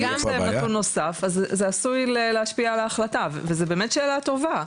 וגם נתון נוסף אז זה עשוי להשפיע על ההחלטה וזו באמת שאלה טובה.